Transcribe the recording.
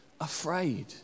afraid